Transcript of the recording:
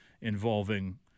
involving